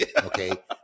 okay